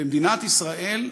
במדינת ישראל,